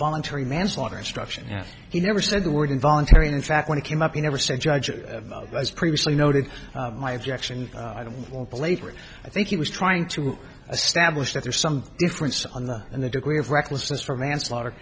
voluntary manslaughter instruction and he never said the word involuntary and in fact when it came up he never said judge it was previously noted my objection to all belaboring i think he was trying to establish that there's some difference on the and the degree of recklessness for manslaughter